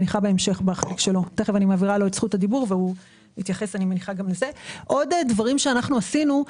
עוד דברים שעשינו.